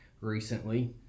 Recently